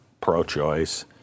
pro-choice